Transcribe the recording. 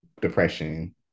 depression